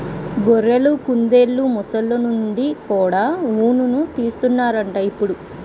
గొర్రెలు, కుందెలు, మొసల్ల నుండి కూడా ఉన్ని తీస్తన్నారట ఇప్పుడు